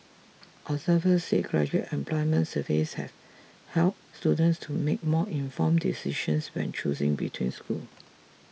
observers said graduate employments surveys help help students to make more informed decisions when choosing between schools